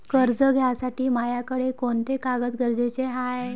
कर्ज घ्यासाठी मायाकडं कोंते कागद गरजेचे हाय?